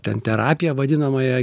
ten terapiją vadinamąją